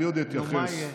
אני עוד אתייחס, נו, מה יהיה?